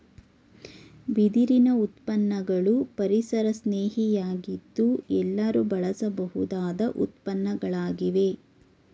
ಬಿದಿರಿನ ಉತ್ಪನ್ನಗಳು ಪರಿಸರಸ್ನೇಹಿ ಯಾಗಿದ್ದು ಎಲ್ಲರೂ ಬಳಸಬಹುದಾದ ಉತ್ಪನ್ನಗಳಾಗಿವೆ